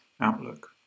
outlook